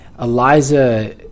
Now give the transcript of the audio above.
Eliza